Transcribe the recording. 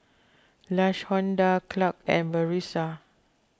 Lashonda Clarke and Brisa